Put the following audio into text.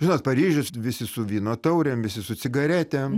žinot paryžius visi su vyno taurėm visi su cigaretėm